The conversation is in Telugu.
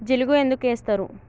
జిలుగు ఎందుకు ఏస్తరు?